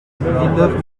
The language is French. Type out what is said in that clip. villeneuve